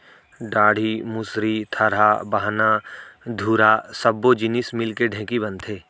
डांड़ी, मुसरी, थरा, बाहना, धुरा सब्बो जिनिस मिलके ढेंकी बनथे